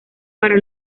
para